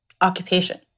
occupation